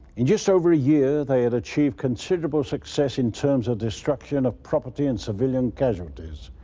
in just over a year they had achieved considerable success in terms of destruction of property and civilian casualties.